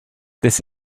this